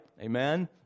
Amen